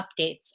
updates